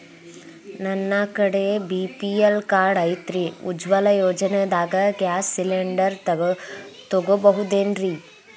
ನನ್ನ ಕಡೆ BPL card ಐತ್ರಿ, ಉಜ್ವಲಾ ಯೋಜನೆದಾಗ ಗ್ಯಾಸ್ ಸಿಲಿಂಡರ್ ತೊಗೋಬಹುದೇನ್ರಿ?